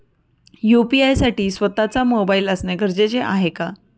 UPI साठी स्वत:चा mobile असणे गरजेचे आहे का?